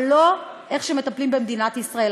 אבל לא איך שמטפלים במדינת ישראל.